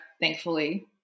thankfully